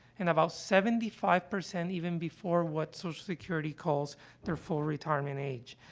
and about seventy five percent even before what social security calls their full retirement age,